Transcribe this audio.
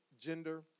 gender